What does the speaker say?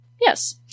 Yes